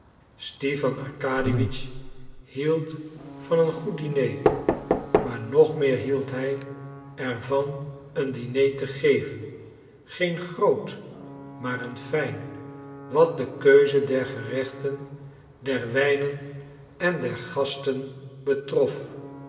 stipan arkadiewitsch hield van een goed diner maar nog meer hield hij er van een diner te geven geen groot maar een fijn wat de keuze der gerechten der wijnen en der gasten betrof